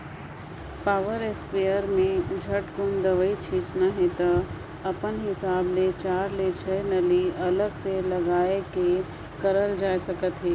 power sprayer में झटकुन दवई छिटना हे त अपन हिसाब ले चार ले छै नली अलग से लगाये के करल जाए सकथे